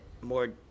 more